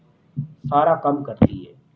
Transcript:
ਸਾਰਾ ਕੰਮ ਕਰ ਰਹੀ ਹੈ